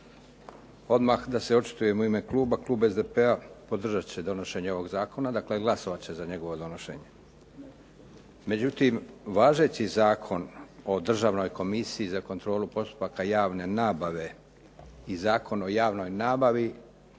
Odmah da se očitujem u ime Kluba, Klub SDP-a podržat će ovaj Zakon, dakle glasovat će za njegovo donošenje. Međutim, važeći Zakon o državnoj komisiji za kontrolu postupaka javne nabave i Zakon o javnoj nabavi